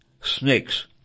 snakes